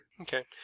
Okay